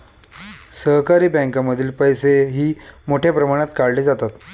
सहकारी बँकांमधील पैसेही मोठ्या प्रमाणात काढले जातात